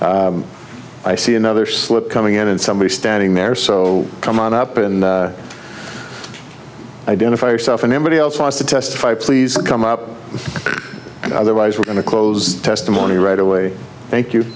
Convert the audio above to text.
i see another slip coming in and somebody standing there so come on up and identify yourself and embody else wants to testify please come up otherwise we're going to close testimony right away thank you